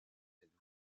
cette